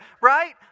right